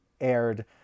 aired